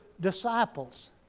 disciples